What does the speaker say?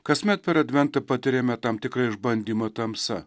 kasmet per adventą patiriame tam tikrą išbandymą tamsa